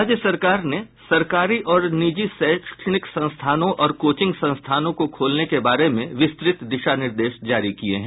राज्य सरकार ने सरकारी और निजी शैक्षणिक संस्थानों और कोचिंग संस्थानों को खोलने के बारे में विस्तृत दिशा निर्देश जारी किये हैं